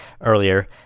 earlier